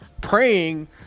praying